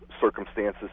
circumstances